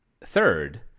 third